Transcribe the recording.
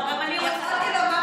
רגע, אז אני, אבל לא נאום.